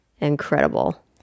incredible